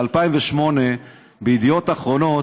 ב-2008 בידיעות אחרונות.